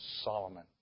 Solomon